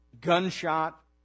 gunshot